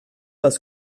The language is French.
parce